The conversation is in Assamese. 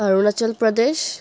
অৰুণাচল প্ৰদেশ